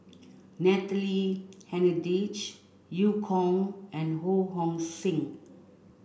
Natalie Hennedige Eu Kong and Ho Hong Sing